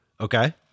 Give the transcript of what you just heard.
Okay